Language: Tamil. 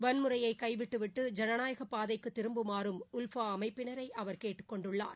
வன்முறையை கைவிட்டுவிட்டு ஜனநாயக பாதைக்கு திரும்புமாறும் உல்ஃபா அமைப்பினரை அவர் கேட்டுக்கொண்டுள்ளார்